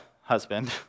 husband